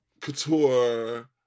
Couture